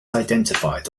identified